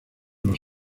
los